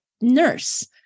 nurse